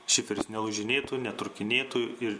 šiferis nelūžinėtų netrūkinėtų ir